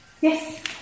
Yes